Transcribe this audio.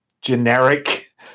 generic